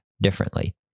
differently